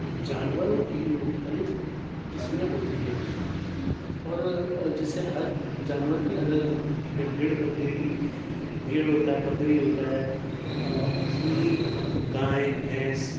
جانوروں کی مختلف قسمیں ہوتی ہیں اور جیسے ہر جانورکی الگ الگ ہوتی ہے بھیڑ بکری بھیڑ ہوتا ہے بکری ہوتا ہے اس میں ہی گائیں بھینس